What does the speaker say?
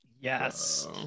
Yes